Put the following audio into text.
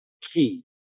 key